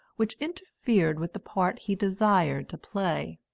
which interfered with the part he desired to play.